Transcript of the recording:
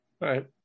right